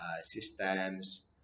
systems